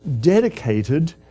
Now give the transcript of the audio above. dedicated